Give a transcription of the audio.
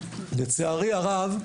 לצערי הרב,